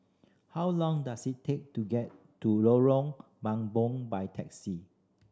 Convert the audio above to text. how long does it take to get to Lorong Mambong by taxi